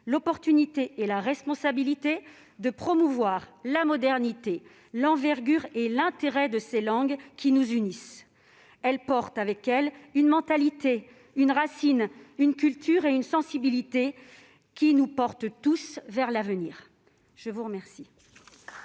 l'occasion et la responsabilité de promouvoir la modernité, l'envergure et l'intérêt de ces langues qui nous unissent. Elles portent en elles une mentalité, une racine, une culture et une sensibilité qui nous emmènent tous vers l'avenir. La parole